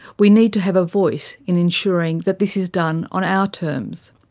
we need to have a voice in ensuring that this is done on our terms.